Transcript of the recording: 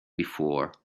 before